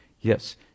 yes